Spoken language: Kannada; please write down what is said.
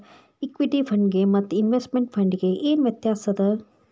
ಇಕ್ವಿಟಿ ಫಂಡಿಗೆ ಮತ್ತ ಇನ್ವೆಸ್ಟ್ಮೆಟ್ ಫಂಡಿಗೆ ಏನ್ ವ್ಯತ್ಯಾಸದ?